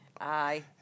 Aye